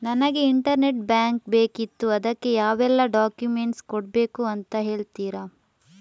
ನನಗೆ internet bank ಬೇಕಿತ್ತು ಅದಕ್ಕೆ ಯಾವೆಲ್ಲಾ ಡಾಕ್ಯುಮೆಂಟ್ಸ್ ಕೊಡ್ಬೇಕು ಅಂತ ಹೇಳ್ತಿರಾ?